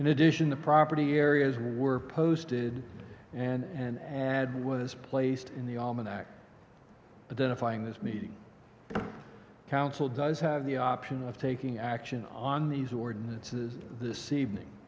in addition the property areas were posted and ad was placed in the almanac identifying this meeting council does have the option of taking action on these ordinances this evening